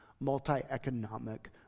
multi-economic